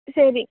சரி